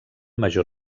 major